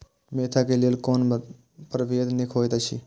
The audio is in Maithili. मेंथा क लेल कोन परभेद निक होयत अछि?